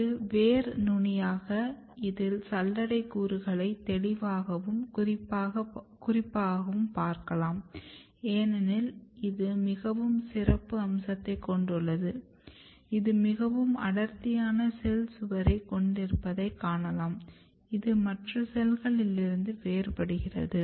இது வேர் நுனியாகும் இதில் சல்லடை கூறுகளை தெளிவாகவும் குறிப்பாகவும் பார்க்க முடியும் ஏனெனில் இது மிகவும் சிறப்பு அம்சத்தைக் கொண்டுள்ளது இது மிகவும் அடர்த்தியான செல் சுவரைக் கொண்டிருப்பதைக் காணலாம் இது மற்ற செல்களிலிருந்து வேறுபடுகிறது